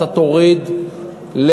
אתה תוריד,